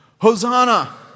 Hosanna